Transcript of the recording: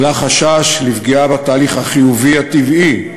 עלה חשש לפגיעה בתהליך החיובי הטבעי,